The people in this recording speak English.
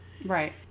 Right